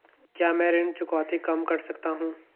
क्या मैं ऋण चुकौती कम कर सकता हूँ?